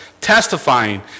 testifying